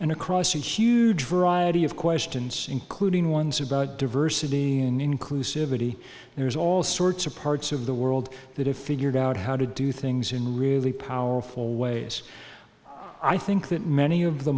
and across a huge variety of questions including ones about diversity an inclusive eighty there's all sorts of parts of the world that if figured out how to do things in really powerful ways i think that many of the